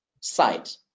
site